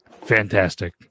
Fantastic